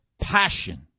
passion